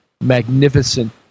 magnificent